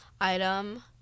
item